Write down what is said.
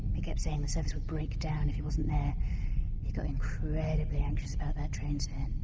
he kept saying the service would break down if he wasn't there he got incredibly anxious about that train set.